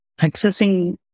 accessing